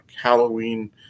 Halloween